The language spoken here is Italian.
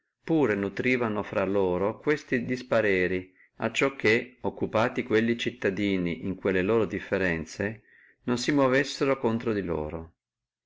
tamen nutrivano fra loro questi dispareri acciò che occupati quelli cittadini in quelle loro differenzie non si unissino contro di loro